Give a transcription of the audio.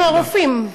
הם הרופאים.